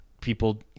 people